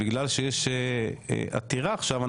בגלל שיש עתירה עכשיו,